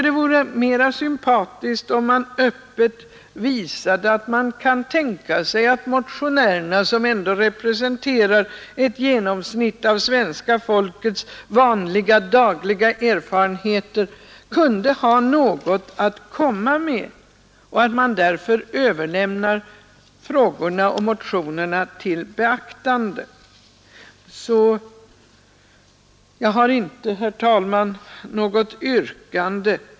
Det vore mera sympatiskt om man öppet visade att man kan tänka sig att motionärerna, som ändå representerar ett genomsnitt av svenska folkets vanliga, dagliga erfarenheter, kunde ha något att komma med och att man därför överlämnar frågorna och motionerna till beaktande. Jag har inte, herr talman, något yrkande.